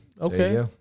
Okay